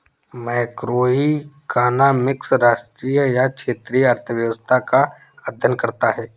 macroeconomics राष्ट्रीय या क्षेत्रीय अर्थव्यवस्था का अध्ययन करता है